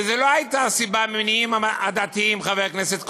וזה לא היה ממניעים עדתיים, חבר הכנסת כהן,